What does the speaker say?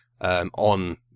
on